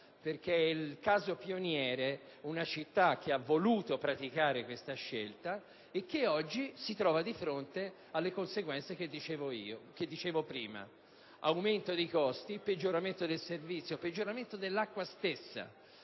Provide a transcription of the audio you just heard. perché è il caso pioniere: una città che ha voluto praticare questa scelta, e che oggi si trova di fronte alle conseguenze che dicevo prima, e cioè aumento dei costi, peggioramento del servizio, peggioramento dell'acqua stessa.